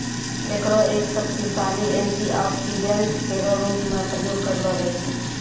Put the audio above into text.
एकरो एक शक्तिशाली एंटीऑक्सीडेंट केरो रूप म प्रयोग करलो जाय छै